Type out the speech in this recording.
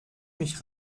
mich